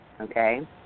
okay